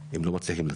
הם לא מצליחים לצאת.